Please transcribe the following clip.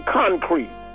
concrete